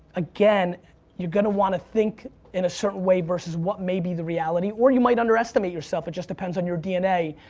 again you're gonna wanna think in a certain way versus what may be the reality. or you might underestimate yourself, it just depends on your dna.